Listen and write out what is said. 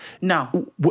No